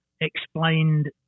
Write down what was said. explained